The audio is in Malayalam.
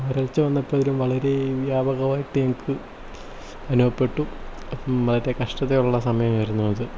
വരൾച്ച വന്നപ്പം വളരെ വ്യാപകമായിട്ട് ഞങ്ങൾക്ക് അനുഭവപ്പെട്ടു അപ്പം വളരെ കഷ്ടതയുള്ള സമയമായിരുന്നു അത്